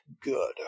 good